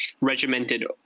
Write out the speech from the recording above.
regimented